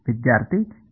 ವಿದ್ಯಾರ್ಥಿ G'